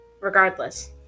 Regardless